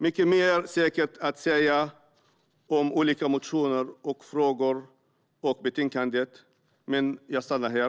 Mycket mer finns säkert att säga om olika motioner och frågor i betänkandet, men jag stannar här.